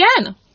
again